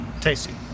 Tasty